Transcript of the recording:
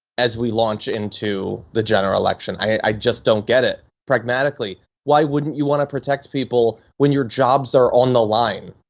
as we launch into the general election, i just don't get it pragmatically. why wouldn't you want to protect people when your jobs are on the line?